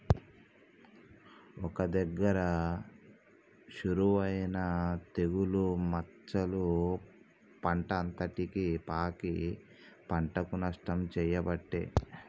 ఒక్క దగ్గర షురువు అయినా తెగులు మచ్చలు పంట అంతటికి పాకి పంటకు నష్టం చేయబట్టే